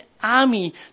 army